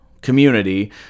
community